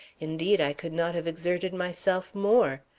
indeed, i could not have exerted myself more.